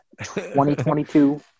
2022